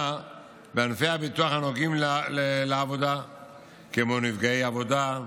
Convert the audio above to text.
בענפי הביטוח הנוגעים לעבודה כמו נפגעי עבודה,